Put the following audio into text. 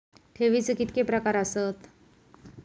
ठेवीचे कितके प्रकार आसत?